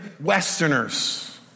Westerners